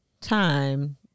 time